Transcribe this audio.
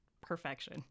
perfection